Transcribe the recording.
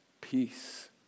peace